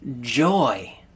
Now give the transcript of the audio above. joy